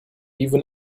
even